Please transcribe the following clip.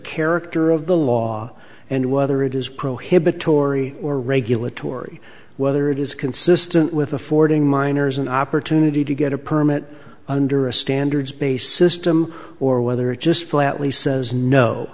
character of the law and whether it is prohibitory or regulatory whether it is consistent with affording minors an opportunity to get a permit under a standards based system or whether it just flatly says no